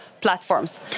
platforms